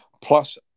Plus